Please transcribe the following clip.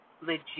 legit